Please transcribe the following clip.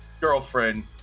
girlfriend